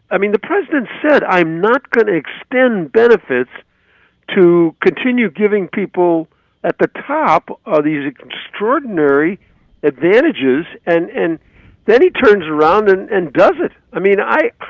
i mean, the president said i'm not going to extend benefits to continue giving people at the top ah these extraordinary advantages, and and then he turns around and and does it. i mean, i.